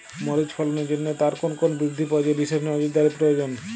মরিচ ফলনের জন্য তার কোন কোন বৃদ্ধি পর্যায়ে বিশেষ নজরদারি প্রয়োজন?